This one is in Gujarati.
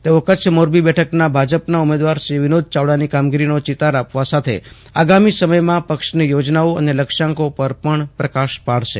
તેઓ કચ્છ મોરબી બેઠકના ભાજપના ઉમેદવાર શ્રી વિનોદ ચાવડાની કામગીરીનો ચિતાર આપવા સાથે આગામી સમયમાં પક્ષની યોજનાઓ સને લક્ષ્યાંકો પર પણ પ્રકાશ પાડશે